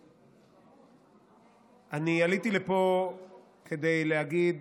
עליתי לפה כדי להגיד